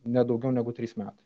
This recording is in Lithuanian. ne daugiau negu trys metai